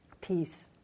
peace